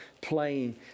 playing